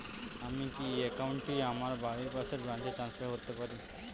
আমি কি এই একাউন্ট টি আমার বাড়ির পাশের ব্রাঞ্চে ট্রান্সফার করতে পারি?